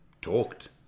talked